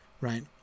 right